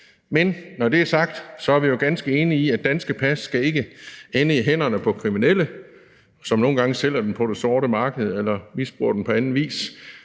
Men når det er sagt, er vi jo ganske enige i, at danske pas ikke skal ende i hænderne på kriminelle, som nogle gange sælger dem på det sorte marked eller misbruger dem på anden vis,